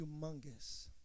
humongous